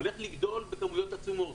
הולך לגדול בכמויות עצומות.